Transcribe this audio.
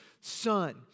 son